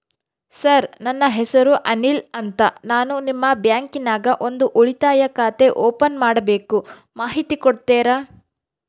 Sir ನನ್ನ ಹೆಸರು ಅನಿಲ್ ಅಂತ ನಾನು ನಿಮ್ಮ ಬ್ಯಾಂಕಿನ್ಯಾಗ ಒಂದು ಉಳಿತಾಯ ಖಾತೆ ಓಪನ್ ಮಾಡಬೇಕು ಮಾಹಿತಿ ಕೊಡ್ತೇರಾ?